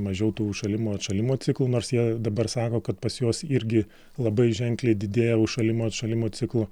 mažiau tų užšalimo atšalimo ciklų nors jie dabar sako kad pas juos irgi labai ženkliai didėja užšalimo atšalimo ciklų